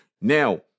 Now